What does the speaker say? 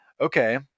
okay